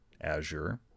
Azure